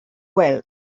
well